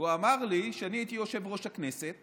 והוא אמר לי: כשאני הייתי יושב-ראש הכנסת